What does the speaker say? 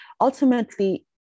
ultimately